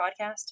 podcast